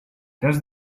does